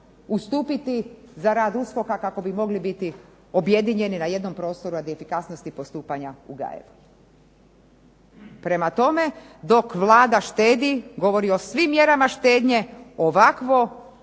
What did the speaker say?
ustupiti za rad USKOK-a kako bi mogli biti objedinjeni na jednom prostoru radi efikasnosti postupanja u …/Govornica se ne razumije./… Prema tome, dok Vlada štedi, govori o svim mjerama štednje, ovakvo